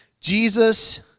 Jesus